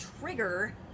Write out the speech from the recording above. trigger